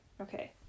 Okay